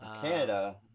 Canada